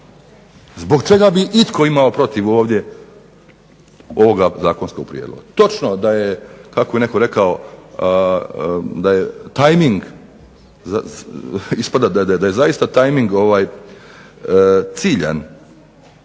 Zbog čega bi itko imao protiv ovdje ovoga zakonskog prijedloga? Točno da je, kako je netko rekao da je tajming, ispada da je zaista tajming ciljan,